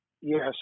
Yes